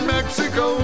Mexico